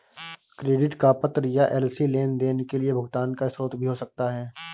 credit का पत्र या एल.सी लेनदेन के लिए भुगतान का स्रोत भी हो सकता है